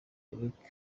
erica